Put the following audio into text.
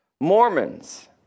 Mormons